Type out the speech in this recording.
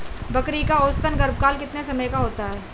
बकरी का औसतन गर्भकाल कितने समय का होता है?